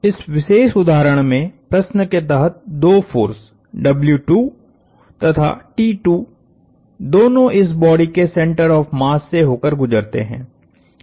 इस विशेष उदाहरण में प्रश्न के तहत दो फोर्सतथा दोनों इस बॉडी के सेंटर ऑफ़ मास से होकर गुजरते हैं